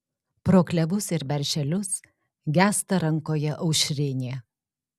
pro klevus ir berželius gęsta rankoje aušrinė